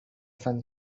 sun